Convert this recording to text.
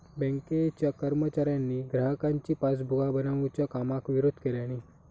बँकेच्या कर्मचाऱ्यांनी ग्राहकांची पासबुका बनवच्या कामाक विरोध केल्यानी